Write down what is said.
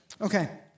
Okay